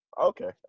Okay